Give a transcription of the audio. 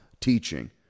teaching